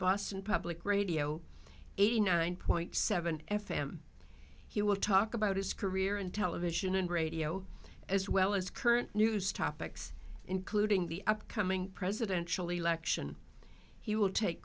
boston public radio eighty nine point seven f m he will talk about his career in television and radio as well as current news topics including the upcoming presidential election he will take